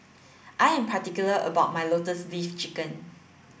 I am particular about my lotus leaf chicken